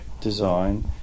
design